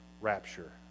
rapture